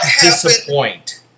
disappoint